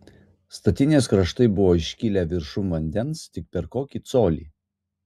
statinės kraštai buvo iškilę viršum vandens tik per kokį colį